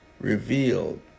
revealed